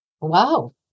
wow